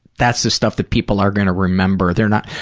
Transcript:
that's the stuff that people are going to remember. they're not,